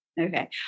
Okay